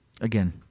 Again